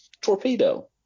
Torpedo